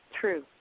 True